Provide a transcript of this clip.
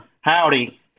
howdy